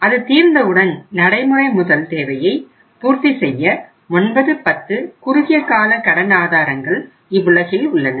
அது தீர்ந்தவுடன் நடைமுறை முதல் தேவையை பூர்த்தி செய்ய 9 10 குறுகிய கால கடன் ஆதாரங்கள் இவ்வுலகில் உள்ளன